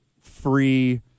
free